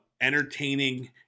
entertaining